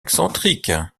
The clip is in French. excentrique